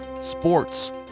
sports